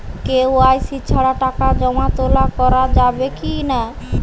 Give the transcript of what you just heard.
KYC ছাড়া টাকা জমা তোলা করা যাবে কি না?